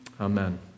Amen